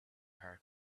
heart